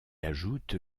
ajoute